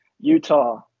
Utah